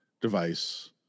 device